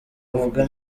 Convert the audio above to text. avuga